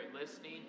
listening